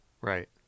Right